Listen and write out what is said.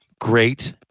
Great